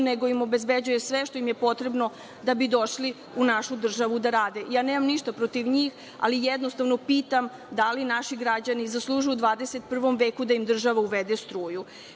nego im obezbeđuje sve što im je potrebno da bi došli u našu državu da rade. Nemam ništa protiv njih, ali jednostavno pitam – da li naši građani zaslužuju u 21. veku da im država uvede struju?